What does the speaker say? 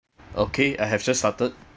okay I have just started